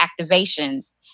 activations